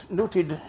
noted